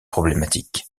problématiques